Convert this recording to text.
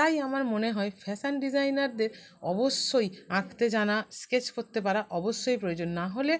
তাই আমার মনে হয় ফ্যাশন ডিজাইনারদের অবশ্যই আঁকতে জানা স্কেচ করতে পারা অবশ্যই প্রয়োজন না হলে